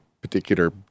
particular